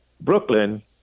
Brooklyn